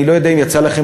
אני לא יודע אם יצא לכם,